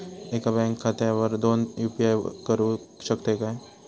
एका बँक खात्यावर दोन यू.पी.आय करुक शकतय काय?